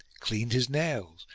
cleaned his nails,